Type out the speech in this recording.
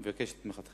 אני מבקש את תמיכתכם.